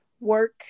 work